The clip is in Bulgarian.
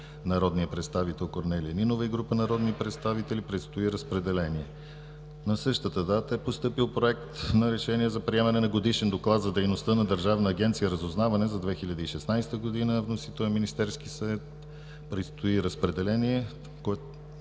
народният представител Корнелия Нинова и група народни представители. Предстои разпределение. На същата дата е постъпил Проект на решение за приемане на Годишен доклад за дейността на Държавна агенция „Разузнаване“ за 2016 г. Вносител е Министерският съвет. Предстои разпределение. Това